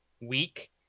week